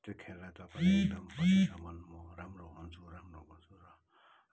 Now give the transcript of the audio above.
त्यो खेललाई तपाईँहरूले एकदम पछिसम्म म राम्रो हुन्छु राम्रो गर्छु र